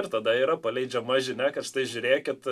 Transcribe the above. ir tada yra paleidžiama žinia kad štai žiūrėkit